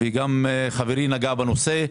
גם חברי נגע בנושא.